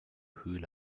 höhle